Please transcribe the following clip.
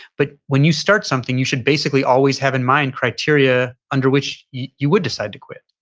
but when you start something, you should basically always have in mind criteria under which you would decide to quit.